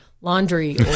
laundry